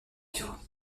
vivre